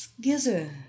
gizzard